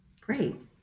great